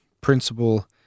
principle